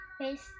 face